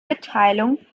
mitteilung